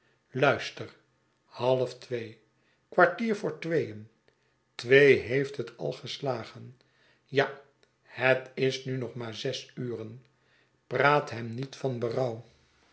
luister half twee kwartier voor tweeen twee heeft het al geslagen ja net is nu nog maar zes uren praat hem niet van